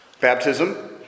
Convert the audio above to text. Baptism